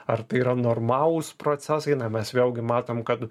ar tai yra normalūs procesai na mes vėlgi matom kad